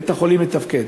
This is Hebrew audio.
ובית-החולים מתפקד.